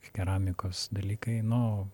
keramikos dalykai nu o